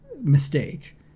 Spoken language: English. mistake